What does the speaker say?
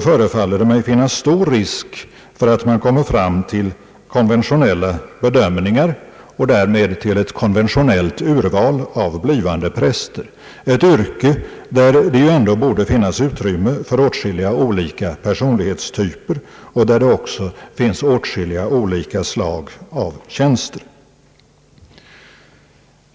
förefaller det mig finnas stor risk för att man kommer fram till konventionella bedömningar och därmed till ett konventionellt urval av blivande präster — ett yrke inom vilket det ändå borde finnas utrymme för åtskilliga olika personlighetstyper och där det också finns åtskilliga olika slag av tjänster.